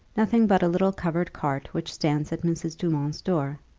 nothing but a little covered cart, which stands at mrs. dumont's door.